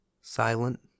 Silent